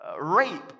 rape